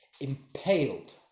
Impaled